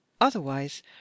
otherwise